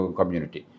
community